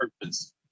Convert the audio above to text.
purpose